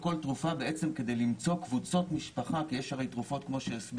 על כל טכנולוגיה כזאת, כמו שציין